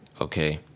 okay